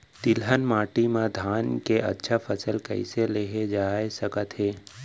तिलहन माटी मा धान के अच्छा फसल कइसे लेहे जाथे सकत हे?